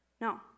No